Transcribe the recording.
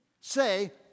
say